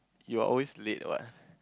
you're always late what